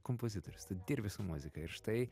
kompozitorius dirbi su muzika ir štai